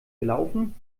gelaufen